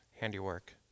handiwork